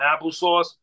applesauce